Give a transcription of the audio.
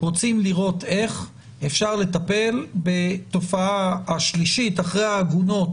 רוצים לראות איך אפשר לטפל בתופעה השלישית אחרי העגונות